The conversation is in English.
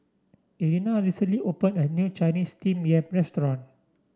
Irena recently opened a new Chinese Steamed Yam restaurant